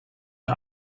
der